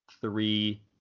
three